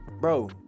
bro